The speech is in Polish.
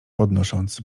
podnosząc